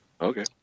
Okay